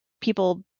people